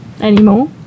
anymore